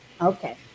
Okay